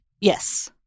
Yes